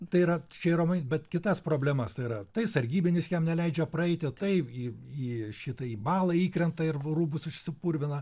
tai yra čia yra mai bet kitas problemas tai yra tai sargybinis jam neleidžia praeiti tai į į šita į balą įkrenta ir rūbus išsipurvina